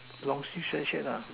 long sleeve sweatshirt